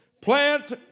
Plant